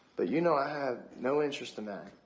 but you know i have no interest in that.